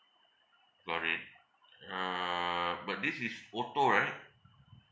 got it uh but this is auto right